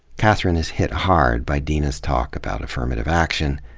kathryne is hit hard by deena's talk about affirmative action,